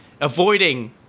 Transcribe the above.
Avoiding